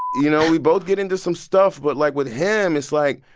you know? we both get into some stuff. but, like, with him, it's like,